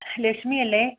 ലക്ഷ്മി അല്ലേ